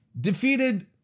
Defeated